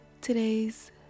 today's